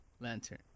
Lantern